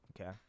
Okay